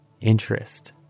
interest